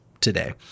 today